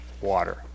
water